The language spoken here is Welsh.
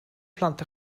plant